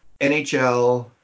NHL